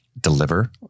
deliver